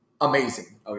amazing